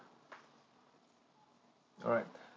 alright